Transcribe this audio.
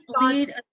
lead